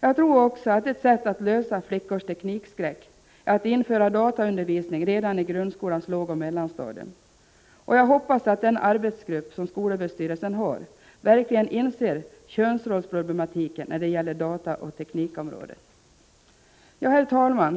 Jag tror också att ett sätt att lösa flickors teknikskräck är att införa dataundervisning redan i grundskolans lågoch mellanstadium. Jag hoppas att den arbetsgrupp som skolöverstyrelsen har verkligen inser könsrollsproblematiken när det gäller dataoch teknikområdet. Herr talman!